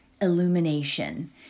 illumination